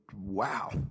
wow